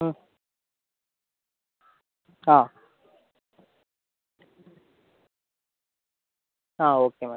ആ ആ okay madam